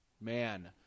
man